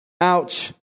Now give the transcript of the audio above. Ouch